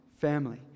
family